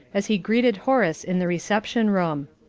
as he greeted horace in the reception-room.